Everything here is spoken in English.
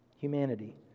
Humanity